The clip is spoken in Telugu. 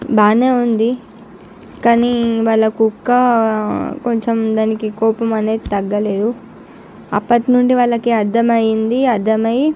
బాగానే ఉంది కానీ వాళ్ళ కుక్క కొంచెం దానికి కోపం అనేది తగ్గలేదు అప్పటి నుండి వాళ్ళకి అర్థమైంది అర్థమై